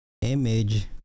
Image